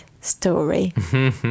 story